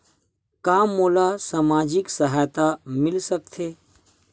का मोला सामाजिक सहायता मिल सकथे?